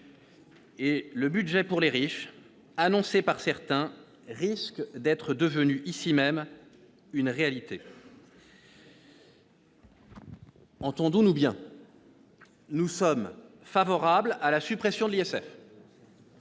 Le « budget pour les riches » que certains annonçaient risque d'être devenu ici même une réalité. Entendons-nous bien : nous sommes favorables à la suppression de l'ISF,